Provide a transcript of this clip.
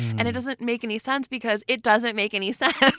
and it doesn't make any sense because it doesn't make any sense